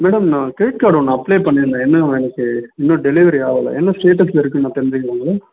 madam நான் credit card ஒன்று apply பண்ணியிருந்தேன் இன்னும் எனக்கு இன்னும் டெலிவரி ஆகல என்ன ஸ்டேட்டஸில் இருக்குதுன்னு நான் தெரிஞ்சுக்கலாங்களா